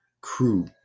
crew